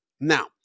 Now